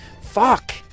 Fuck